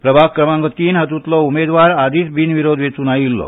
प्रभाग क्रमांक तीन हातूंतलो उमेदवार आदींच बिनविरोध वेंचून आयिल्लो